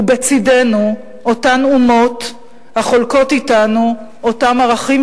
ובצדנו אותן אומות החולקות אתנו את אותם ערכים